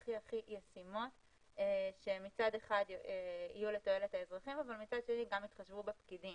ישימות כשמצד אחד יהיו לתועלת האזרחים אבל מצד שני גם יתחשבו בפקידים.